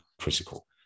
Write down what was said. critical